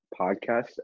Podcast